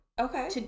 Okay